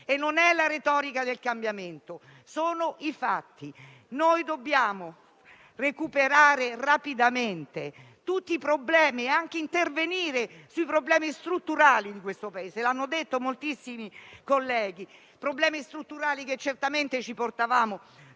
Non è retorica del cambiamento; sono i fatti. Dobbiamo recuperare rapidamente tutti i problemi, nonché intervenire sui problemi strutturali di questo Paese, come hanno detto moltissimi colleghi; problemi strutturali che certamente ci portavamo